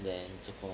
then 做工